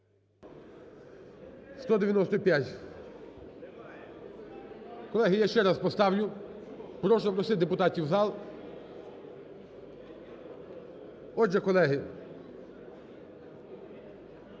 За-195 Колеги, я ще раз поставлю. Прошу запросити депутатів в зал. Отже, колеги,